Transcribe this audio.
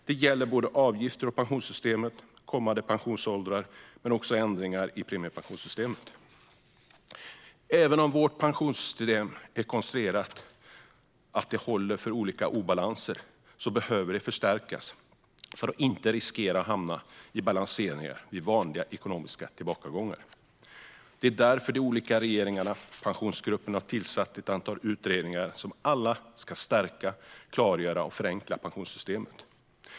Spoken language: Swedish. Det gäller avgifter till pensionssystemet, kommande pensionsåldrar men också ändringar i premiepensionssystemet. Även om vårt pensionssystem är konstruerat så att det håller för olika obalanser behöver det förstärkas för att man inte ska riskera att hamna i balanseringar vid vanliga ekonomiska tillbakagångar. Det är därför de olika regeringarna och Pensionsgruppen har tillsatt ett antal utredningar för att stärka, klargöra och förenkla pensionssystemet.